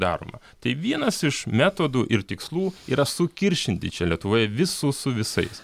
daroma tai vienas iš metodų ir tikslų yra sukiršinti čia lietuvoje visus su visais